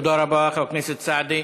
תודה רבה, חבר הכנסת סעדי.